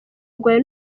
rwawe